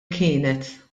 kienet